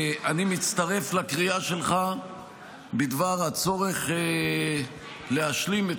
אני מצטרף לקריאה שלך בדבר הצורך להשלים את